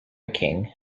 king